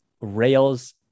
rails